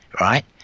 Right